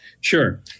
Sure